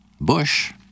bush